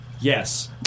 Yes